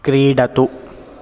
क्रीडतु